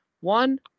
one